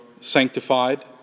sanctified